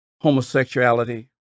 homosexuality